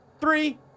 Three